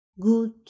good